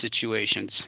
situations